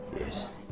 Yes